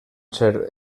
ser